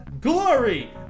glory